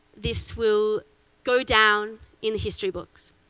this will go down in the history books.